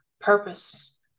purpose